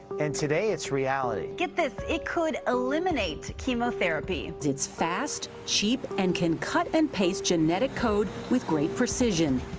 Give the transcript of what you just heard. and today it's reality. get this. it could eliminate chemotherapy. it's fast, cheap and can cut and paste genetic code with great precision.